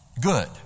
good